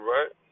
Right